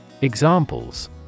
Examples